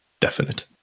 Definite